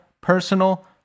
personal